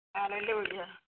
Hallelujah